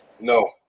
no